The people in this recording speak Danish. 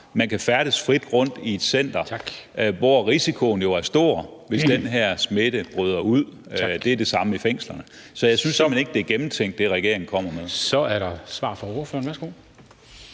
man kan færdes frit rundt i et center, hvor risikoen jo er stor, hvis den her smitte bryder ud. Det er det samme i fængslerne. Så jeg synes simpelt hen ikke, at det, regeringen kommer med, er gennemtænkt. Kl.